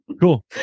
cool